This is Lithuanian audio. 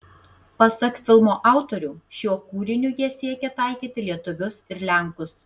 pasak filmo autorių šiuo kūriniu jie siekė taikyti lietuvius ir lenkus